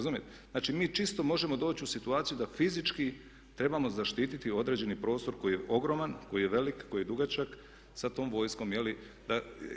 Znači mi čisto možemo doći u situaciju da fizički trebamo zaštiti određeni prostor koji je ogroman, koji je velik, koji je dugačak sa tom vojskom.